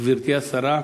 גברתי השרה,